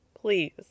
Please